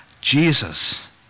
Jesus